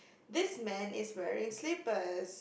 this man is wearing slippers